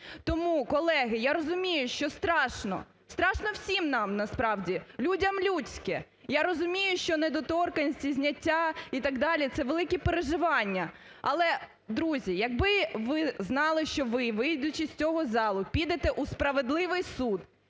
Тому, колеги, я розумію, що страшно. Страшно всім нам насправді, людям – людське. Я розумію, що недоторканність, зняття і так далі – це великі переживання. Але, друзі, якби ви знали, що ви, вийдучи з цієї зали, підете в справедливий суд,